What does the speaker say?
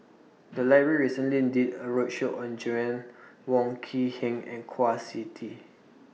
The Library recently did A roadshow on Joanna Wong Quee Heng and Kwa Siew Tee